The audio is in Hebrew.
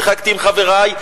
שיחקתי עם חברי,